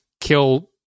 kill